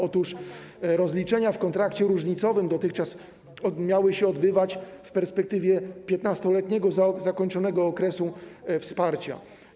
Otóż rozliczenia w kontrakcie różnicowym dotychczas miały się odbywać w perspektywie 15-letniego zakończonego okresu wsparcia.